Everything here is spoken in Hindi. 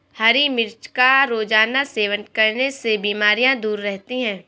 हरी मिर्च का रोज़ाना सेवन करने से बीमारियाँ दूर रहती है